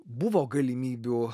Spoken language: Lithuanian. buvo galimybių